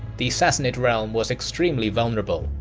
the sassanid realm was extremely vulnerable,